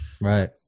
Right